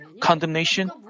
condemnation